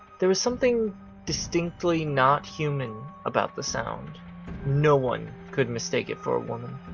there was something distinctly not human about the sound no one could mistake it for a woman.